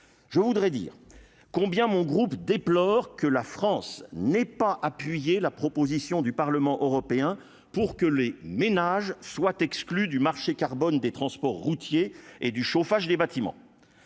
je voudrais dire combien mon groupe déplore que la France n'est pas appuyé la proposition du Parlement européen pour que les ménages soient exclus du marché carbone des transports routiers et du chauffage des bâtiments.